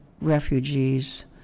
refugees